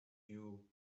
you